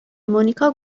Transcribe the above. مونیکا